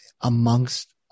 amongst